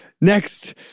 next